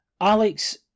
Alex